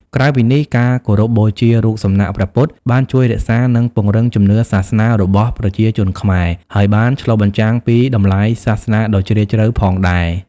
ក្រៅពីនេះ ការគោរពបូជារូបសំណាកព្រះពុទ្ធបានជួយរក្សានិងពង្រឹងជំនឿសាសនារបស់ប្រជាជនខ្មែរ ហើយបានឆ្លុះបញ្ចាំងពីតម្លៃសាសនាដ៏ជ្រាលជ្រៅផងដែរ។